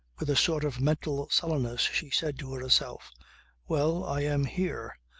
with a sort of mental sullenness she said to herself well, i am here.